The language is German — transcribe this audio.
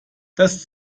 das